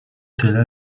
tyle